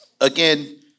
again